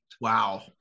Wow